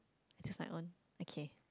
choose my own okay